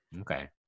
Okay